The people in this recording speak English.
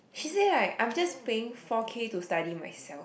she said like I am just paying four K to study myself